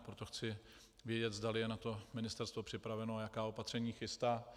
Proto chci vědět, zdali je na to Ministerstvo připraveno a jaká opatření chystá.